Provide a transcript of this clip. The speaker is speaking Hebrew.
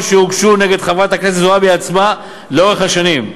שהוגשו נגד חברת הכנסת זועבי עצמה לאורך השנים,